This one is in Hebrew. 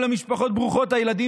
על המשפחות ברוכות הילדים,